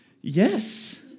Yes